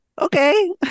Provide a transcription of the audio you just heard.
okay